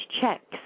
checks